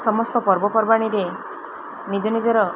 ସମସ୍ତ ପର୍ବପର୍ବାଣିରେ ନିଜ ନିଜର